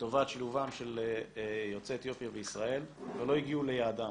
לטובת שילובם של יוצאי אתיופיה בישראל ולא הגיעו ליעדם.